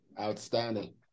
Outstanding